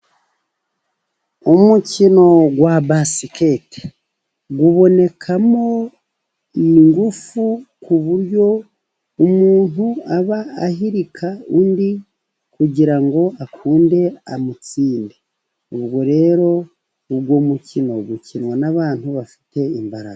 Umukino wa basiketeboro ubonekamo ingufu, ku buryo umuntu aba ahirika undi, kugira ngo akunde amutsinde. Ubwo rero uwo mukino ukinwa n'abantu bafite imbaraga.